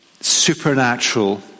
supernatural